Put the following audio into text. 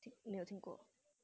没有听过